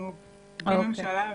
אנחנו בלי ממשלה,